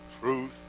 truth